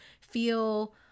feel